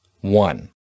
One